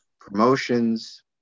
promotions